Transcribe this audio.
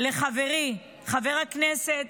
לחברי חבר הכנסת